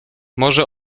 może